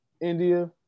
India